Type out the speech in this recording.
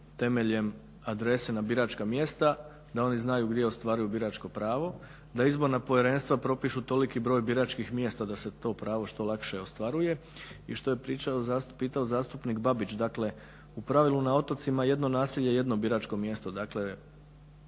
temeljem adrese na biračka mjesta, da oni znaju gdje ostvaruju biračko pravo, da izborna povjerenstva propišu toliki broj biračkih mjesta da se to pravo što lakše ostvaruje i što je pitao zastupnik Babić. Dakle u pravilu na otocima jedno naselje jedno biračko mjesto, adrese